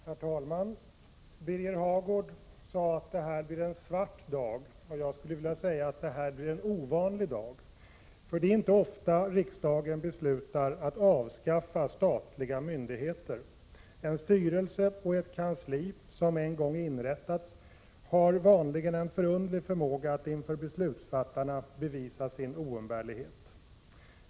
Herr talman! Birger Hagård sade att det här kan bli en svart dag. Jag skulle vilja säga att det blir en ovanlig dag. För det är inte ofta riksdagen beslutar att avskaffa statliga myndigheter. En styrelse och ett kansli som en gång inrättats har vanligen en förunderlig förmåga att inför beslutsfattarna bevisa sin oumbärlighet.